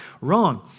Wrong